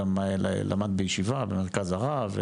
גם למד בישיבה במרכז הרב,